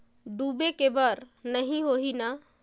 डूबे के बर नहीं होही न?